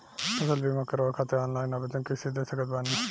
फसल बीमा करवाए खातिर ऑनलाइन आवेदन कइसे दे सकत बानी?